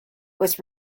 was